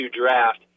draft